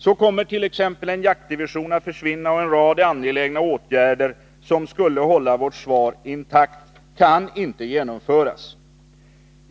Så kommer t.ex. en jaktdivision att försvinna, och en rad angelägna åtgärder som skulle hålla vårt försvar intakt kan inte genomföras.